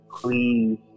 please